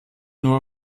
nur